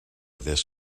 this